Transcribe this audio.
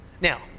Now